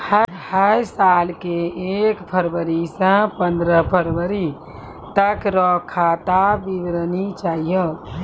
है साल के एक फरवरी से पंद्रह फरवरी तक रो खाता विवरणी चाहियो